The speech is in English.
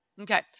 Okay